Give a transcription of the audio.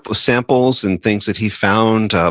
ah samples and things that he found.